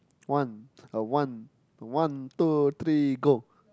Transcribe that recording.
one uh one one two three go